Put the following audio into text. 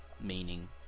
meaning